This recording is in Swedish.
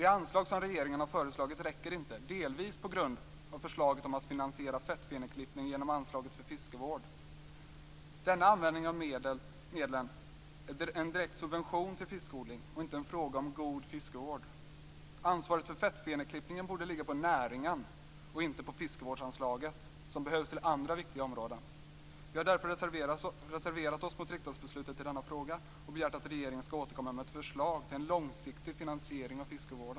Det anslag som regeringen har föreslagit räcker inte, delvis på grund av förslaget om att finansiera fettfeneklippning genom anslaget för fiskevård. Denna användning av medlen är en direkt subvention till fiskodling och inte en fråga om en god fiskevård. Ansvaret för fettfeneklippningen borde ligga på näringen och inte knytas till fiskevårdsanslaget, som behövs till andra viktiga områden.